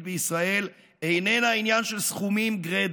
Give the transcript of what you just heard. בישראל איננה עניין של סכומים גרידא,